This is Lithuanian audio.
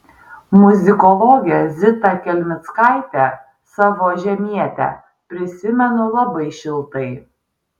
muzikologę zita kelmickaitę savo žemietę prisimenu labai šiltai